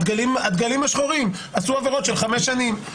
הדגלים השחורים עשו עבירות של חמש שנים,